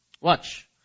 Watch